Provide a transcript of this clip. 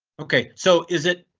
ok, so is it.